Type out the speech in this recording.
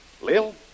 Lil